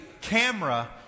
camera